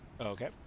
Okay